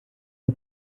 der